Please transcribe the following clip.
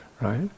Right